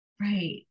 Right